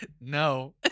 No